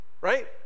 right